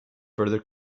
further